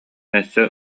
өссө